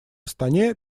астане